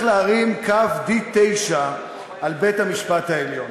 להרים כף של D9 על בית-המשפט העליון,